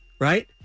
right